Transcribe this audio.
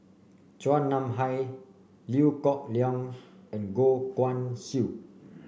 Chua Nam Hai Liew Geok Leong and Goh Guan Siew